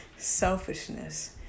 selfishness